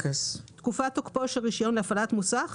תקופת תוקפו של רישיון להפעלת מוסך